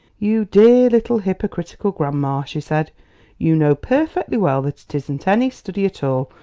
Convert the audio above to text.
you dear little hypocritical grandma! she said you know perfectly well that it isn't any study at all,